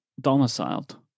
domiciled